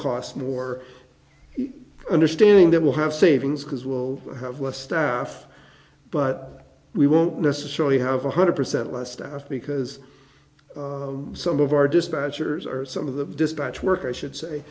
cost more understanding that will have savings because we'll have less staff but we won't necessarily have one hundred percent my staff because some of our dispatchers or some of the dispatch work i should say